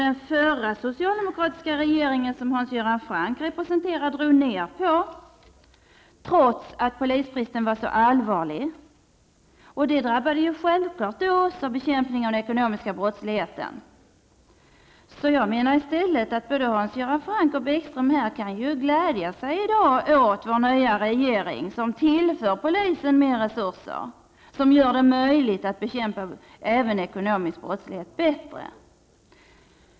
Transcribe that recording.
Den förra socialdemokratiska regeringen, som Hans Göran Franck representerar, drog ned på utbildningen trots att polisbristen var så allvarlig, och det drabbade självfallet bekämpningen av den ekonomiska brottsligheten. Både Hans Göran Franck och Lars Bäckström kan därför glädja sig åt vår nya regering, som tillför polisen mer resurser och gör det möjligt att bekämpa även ekonomisk brottslighet bättre .